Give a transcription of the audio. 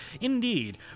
indeed